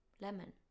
Lemon